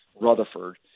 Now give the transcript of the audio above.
Rutherford